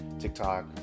TikTok